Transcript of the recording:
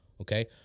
okay